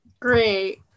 Great